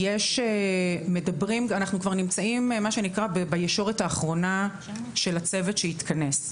אנחנו כבר נמצאים בישורת האחרונה של הצוות שהתכנס.